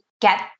get